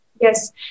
Yes